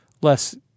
less